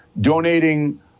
donating